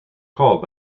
called